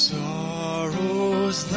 sorrows